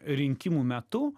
rinkimų metu